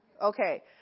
Okay